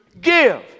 give